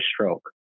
stroke